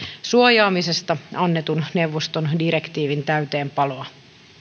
suojaamisesta annetun neuvoston direktiivin täytäntöönpanoa